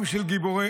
עם של גיבורי-על.